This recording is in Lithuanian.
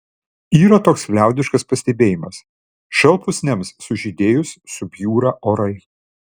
yra toks liaudiškas pastebėjimas šalpusniams sužydėjus subjūra orai